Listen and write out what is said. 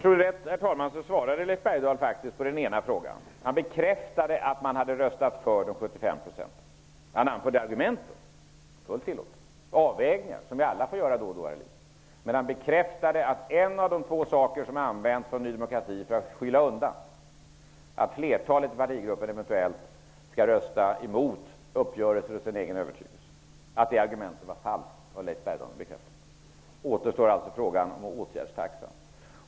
Herr talman! Leif Bergdahl svarade faktiskt på den ena frågan. Han bekräftade att man hade röstat för de 75 procenten. Han anförde argument, och det är fullt tillåtet. Vi får alla göra avvägningar då och då i livet. Men han bekräftade ett av de två argument som har använts av Ny demokrati för att skyla över, nämligen att flertalet i partigruppen skall rösta emot uppgörelsen och sin egen övertygelse, var falskt. Det har Leif Bergdahl bekräftat. Då återstår alltså frågan om åtgärdstaxan.